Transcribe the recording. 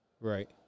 Right